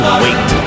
wait